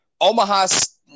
Omaha's